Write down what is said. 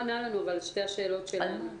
על שתי השאלות שלנו.